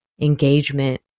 engagement